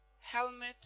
helmet